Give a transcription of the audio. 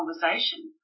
conversation